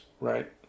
right